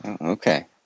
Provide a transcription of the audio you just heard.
Okay